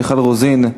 מיכל רוזין,